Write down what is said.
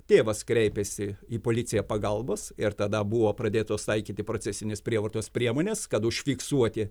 tėvas kreipėsi į policiją pagalbos ir tada buvo pradėtos taikyti procesinės prievartos priemonės kad užfiksuoti